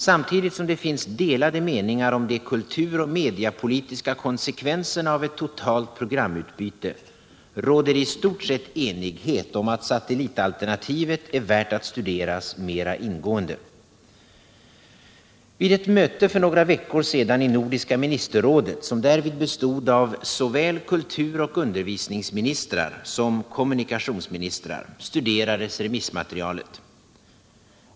Samtidigt som det finns delade meningar om de kulturoch mediapolitiska konsekvenserna av ett totalt programutbyte, råder det i stort sett enighet om att satellitalternativet är värt att studeras mer ingående. Vid ett möte för några veckor sedan i Nordiska ministerrådet — som därvid bestod av såväl kulturoch undervisningsministrar som kommunikationsministrar — studerades remissmaterialet.